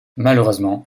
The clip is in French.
malheureusement